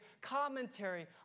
commentary